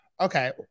okay